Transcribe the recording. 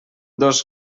dos